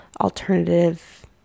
alternative